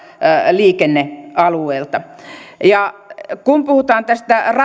liikennealueelta ja kun puhutaan tästä